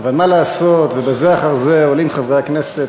אבל מה לעשות ובזה אחר זה עולים חברי הכנסת